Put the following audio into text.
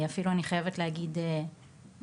אפילו אני חייבת להגיד מיטיב,